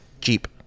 Jeep